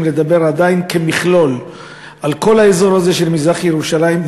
לדבר עדיין כמכלול על כל האזור הזה של מזרח-ירושלים.